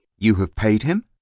you have paid him?